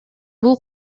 бул